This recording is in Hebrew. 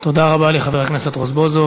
תודה רבה לחבר הכנסת רזבוזוב.